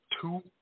two